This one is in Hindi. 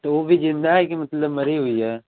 तो वह भी ज़िंदा है कि मतलब मरी हुई है